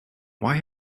why